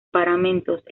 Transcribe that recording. paramentos